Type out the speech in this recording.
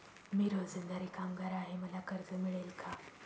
मी रोजंदारी कामगार आहे मला कर्ज मिळेल का?